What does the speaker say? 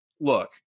look